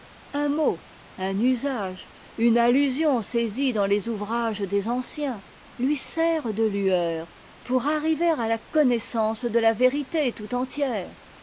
un mot un usage une allusion saisie dans les ouvrages des anciens lui sert de lueur pour arriver à la connaissance de la vérité tout entière